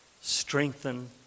strengthen